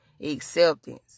acceptance